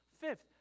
Fifth